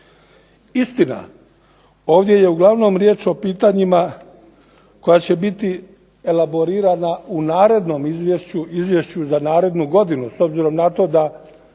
Istina, ovdje je uglavnom riječ o pitanjima koja će biti elaborirana u narednom izvješću, izvješću za narednu godinu s obzirom na to da